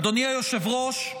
אדוני היושב-ראש,